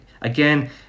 again